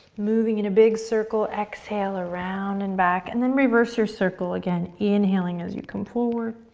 moving in a big circle, exhale around and back, and then reverse your circle, again inhaling as you come forward,